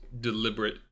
deliberate